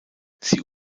sie